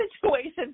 situations